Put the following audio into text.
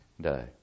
day